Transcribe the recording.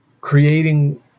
creating